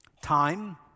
time